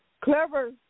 Clever